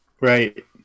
right